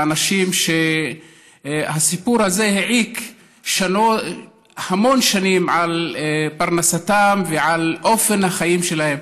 לאנשים שהסיפור הזה העיק המון שנים על פרנסתם ועל אופן החיים שלהם.